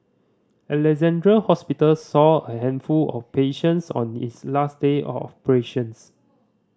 Alexandra Hospital saw a handful of patients on its last day of operations